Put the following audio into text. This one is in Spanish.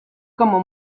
como